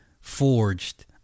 forged